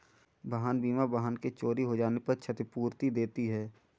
वाहन बीमा वाहन के चोरी हो जाने पर क्षतिपूर्ति देती है